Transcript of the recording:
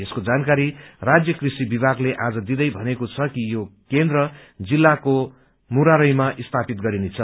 यसको जानकारी राज्य कृषि विभागले आज दिदै भनेको छ कि यो केन्द्र जिल्लाको मुरारई मा स्थापित गरिनेछ